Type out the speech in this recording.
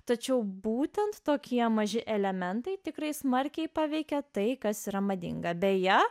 tačiau būtent tokie maži elementai tikrai smarkiai paveikė tai kas yra madinga beje